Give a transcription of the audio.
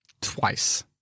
Twice